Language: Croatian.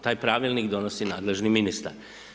Taj pravilnik donosi nadležni ministar.